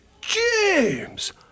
James